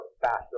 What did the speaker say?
faster